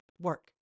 work